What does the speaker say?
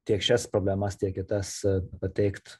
tiek šias problemas tiek kitas pateikt